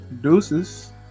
Deuces